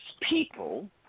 people